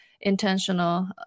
intentional